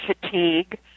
fatigue